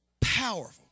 powerful